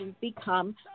become